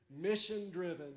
mission-driven